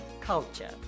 culture